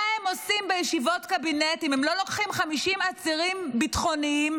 מה הם עושים בישיבות קבינט אם הם לא לוקחים 50 עצירים ביטחוניים,